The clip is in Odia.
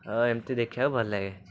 ଆଉ ଏମିତି ଦେଖିବାକୁ ଭଲ ଲାଗେ